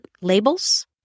labels